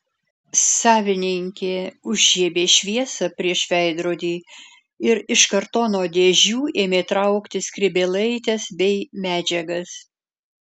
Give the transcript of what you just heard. savininkė užžiebė šviesą prieš veidrodį ir iš kartono dėžių ėmė traukti skrybėlaites bei medžiagas